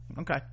okay